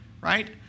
right